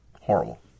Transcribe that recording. Horrible